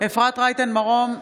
אפרת רייטן מרום,